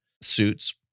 Suits